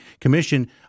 commission